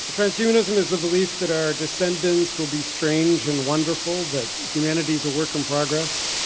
transhumanism is the belief that our descendants will be strange and wonderful, that humanity is a work in progress,